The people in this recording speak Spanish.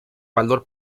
valor